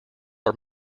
are